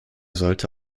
sollte